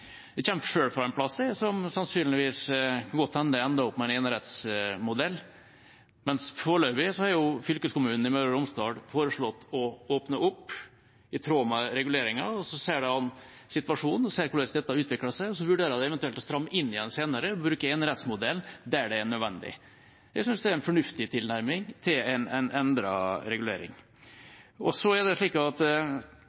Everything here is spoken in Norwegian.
Jeg kommer selv fra et sted som sannsynligvis – det kan godt hende – ender opp med en enerettsmodell. Men foreløpig har fylkeskommunen i Møre og Romsdal foreslått å åpne opp i tråd med reguleringen, og så ser de an situasjonen og ser hvordan dette utvikler seg, og så vurderer de eventuelt å stramme inn igjen senere og bruke enerettsmodellen der det er nødvendig. Jeg synes det er en fornuftig tilnærming til en endret regulering.